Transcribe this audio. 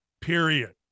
period